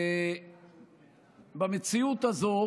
במציאות הזו